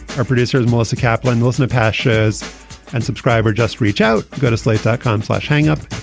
our producers, melissa kaplin wilson, pashas and subscriber, just reach out, go to slate, dot com slash hang up.